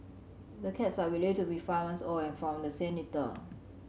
the cats are believed to be five months old and from the same litter